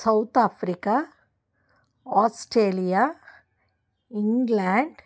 South Africa Australia England